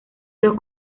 dos